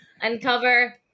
uncover